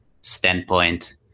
standpoint